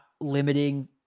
limiting